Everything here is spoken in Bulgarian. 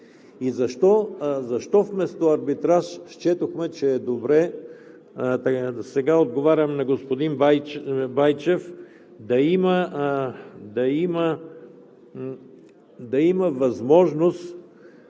се. Вместо арбитраж счетохме, че е добре – сега отговарям на господин Байчев, да има възможност